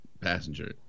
passenger